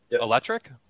Electric